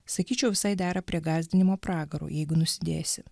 sakyčiau visai dera prie gąsdinimo pragaru jeigu nusidėsi